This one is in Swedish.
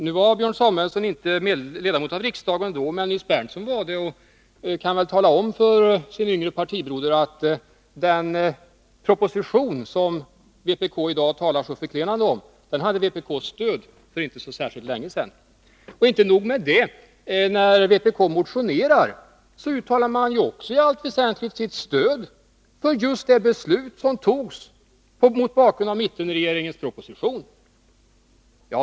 Då var Björn Samuelson inte ledamot av riksdagen, men Nils Berndtson var det och kan väl tala om för sin yngre partibroder att den proposition som vpk i dag talar så förklenande om hade vpk:s stöd för inte så särskilt länge sedan. Och inte nog med det. När vpk motionerar uttalar man också i allt väsentligt sitt stöd för just det beslut som togs med anledning av mittenregeringens proposition.